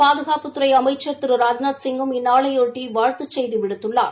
பாதுகாப்புத்துறை அமைச்சள் திரு ராஜ்நாத் சிங்கும் இந்நாளையொட்டி வாழத்துச் செய்தி விடுத்துள்ளார்